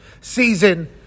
season